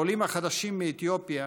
העולים החדשים מאתיופיה,